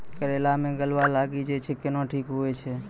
करेला मे गलवा लागी जे छ कैनो ठीक हुई छै?